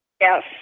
Yes